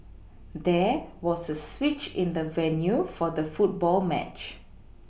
there was a switch in the venue for the football match